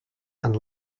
and